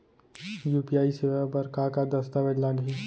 UPI सेवा बर का का दस्तावेज लागही?